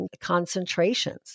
concentrations